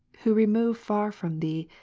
who remove far from thee,